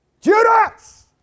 Judas